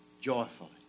Joyfully